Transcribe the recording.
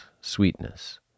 sweetness